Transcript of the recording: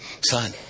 son